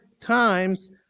times